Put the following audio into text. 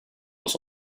was